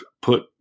put